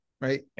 right